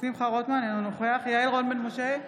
אינו נוכח יעל רון בן משה,